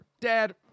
Dad